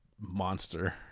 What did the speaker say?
monster